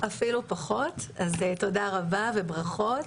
תודה רבה וברכות.